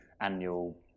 annual